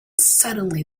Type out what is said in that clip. suddenly